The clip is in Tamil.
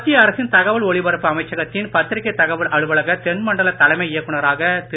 மத்திய அரசின் தகவல் ஒலிபரப்பு அமைச்சகத்தின் பத்திரிகை தகவல் அலுவலக தென்மண்டல தலைமை இயக்குநராக திரு